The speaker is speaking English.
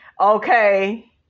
okay